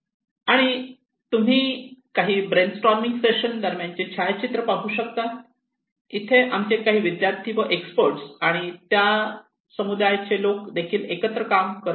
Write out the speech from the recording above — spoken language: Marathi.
आणि तुम्ही ही काही ब्रेन स्टॉर्मिंग सेशन दरम्यानची छायाचित्रे पाहू शकतात इथे आमचे काही विद्यार्थी व एक्सपर्ट आणि त्या समुदायाचे लोक देखील एकत्र काम करत आहेत